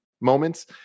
moments